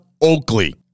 Oakley